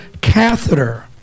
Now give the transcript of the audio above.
catheter